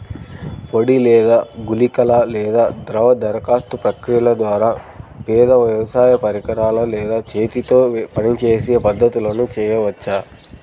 పొడి లేదా గుళికల లేదా ద్రవ దరఖాస్తు ప్రక్రియల ద్వారా, పెద్ద వ్యవసాయ పరికరాలు లేదా చేతితో పనిచేసే పద్ధతులను చేయవచ్చా?